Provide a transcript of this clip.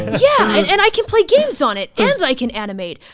yeah and and i can play games on it and i can animate.